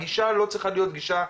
הגישה לא צריכה להיות גישה,